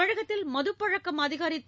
தமிழகத்தில் மதுப்பழக்கம் அதிகரித்து